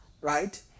Right